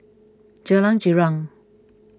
Jalan Girang